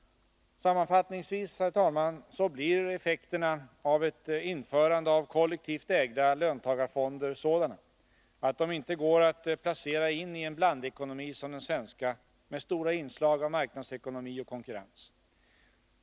Sammanfattningsvis, herr talman, blir effekterna av ett införande av kollektivt ägda löntagarfonder sådana, att de inte går att placera in i en blandekonomi som den svenska med stora inslag av marknadsekonomi och konkurrens.